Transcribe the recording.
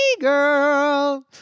girl